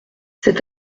cet